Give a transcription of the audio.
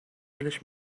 دلش